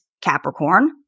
Capricorn